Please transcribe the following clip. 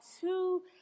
two